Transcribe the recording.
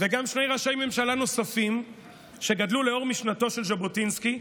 וגם שני ראשי ממשלה נוספים שגדלו לאור משנתו של ז'בוטינסקי,